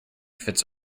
fits